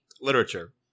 Literature